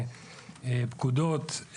פקודות,